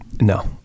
No